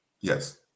Yes